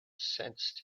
sensed